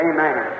Amen